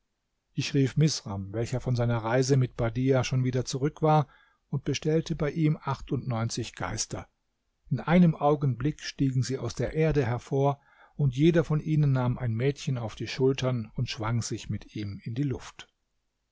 ich rief misram welcher von seiner reise mit badiah schon wieder zurück war und bestellte bei ihm achtundneunzig geister in einem augenblick stiegen sie aus der erde hervor und jeder von ihnen nahm ein mädchen auf die schultern und schwang sich mit ihm in die luft